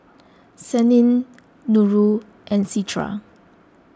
Senin Nurul and Citra